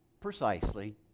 precisely